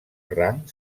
rang